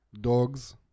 dogs